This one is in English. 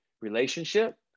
relationship